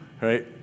right